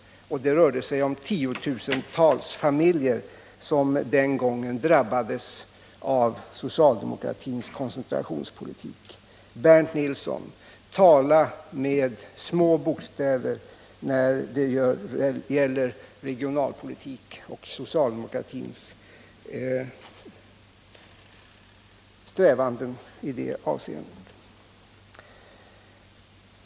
Här rörde det sig om tiotusentals familjer som den gången drabbades av socialdemokratins koncentrationspolitik. Bernt Nilsson! Tala med små bokstäver när det gäller regionalpolitik och socialdemokratins strävanden i det avseendet!